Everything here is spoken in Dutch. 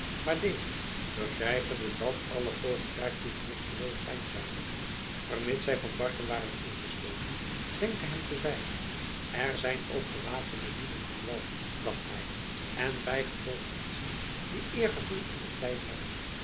maar deze begrijpende dat alle poging daartoe vruchteloos zijn zoude vermits zij van barken waren ingesloten wenkte hem te zwijgen er zijn ook gewapende lieden aan wal dacht hij en bijgevolg menschen die eergevoel in t lijf hebben